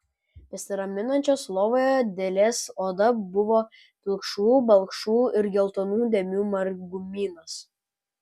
besiramstančios lovoje dėlės oda buvo pilkšvų balkšvų ir geltonų dėmių margumynas